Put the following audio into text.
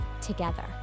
together